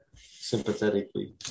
sympathetically